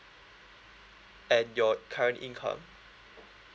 and your current income